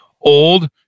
old